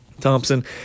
Thompson